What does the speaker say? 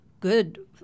good